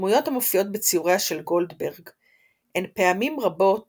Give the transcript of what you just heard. הדמויות המופיעות בציוריה של גולדברג הן פעמים רבות